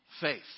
faith